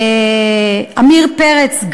עמיר פרץ,